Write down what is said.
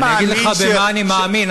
אני אגיד לך במה אני מאמין,